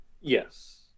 yes